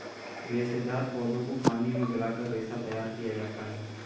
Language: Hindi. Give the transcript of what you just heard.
रेशेदार पौधों को पानी में गलाकर रेशा तैयार किया जाता है